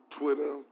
Twitter